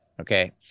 Okay